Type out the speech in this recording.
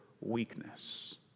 weakness